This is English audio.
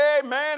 Amen